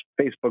Facebook